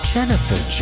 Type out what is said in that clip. Jennifer